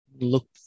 Look